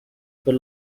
per